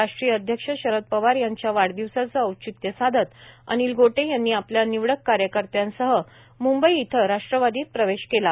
राष्ट्रीय अध्यक्ष शरद पवार यांच्या वाढदिवसाचे औचित्य साधत अनिल गोटे यांनी आपल्या निवडक कार्यकर्त्यांसह मुंबई इथं राष्ट्रवादीत प्रवेश केला